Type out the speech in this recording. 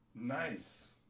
Nice